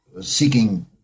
seeking